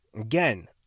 Again